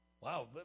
Wow